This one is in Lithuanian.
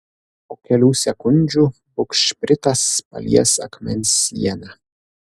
po kelių sekundžių bugšpritas palies akmens sieną